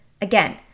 again